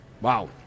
Wow